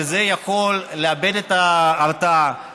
שזה יכול להביא לאיבוד ההרתעה,